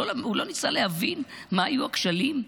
הוא לא ניסה להבין מה היו הכשלים,